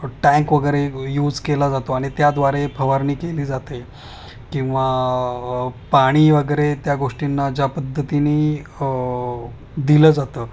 tank वगैरे use केला जातो आणि त्याद्वारे फवारणी केली जाते किंवा पाणी वगैरे त्या गोष्टींना ज्या पद्धतीने दिलं जातं